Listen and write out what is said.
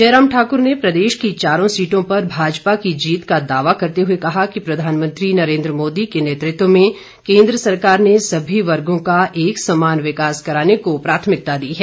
जयराम ठाकुर ने प्रदेश की चारों सीटों पर भाजपा की जीत का दावा करते हुए कहा कि प्रधानमंत्री नरेन्द्र मोदी के नेतृत्व में केन्द्र सरकार ने सभी वर्गो का एक समान विकास कराने को प्राथमिकता दी है